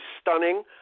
stunning